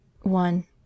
One